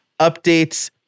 Updates